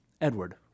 Edward